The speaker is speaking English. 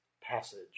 passage